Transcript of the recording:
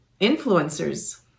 influencers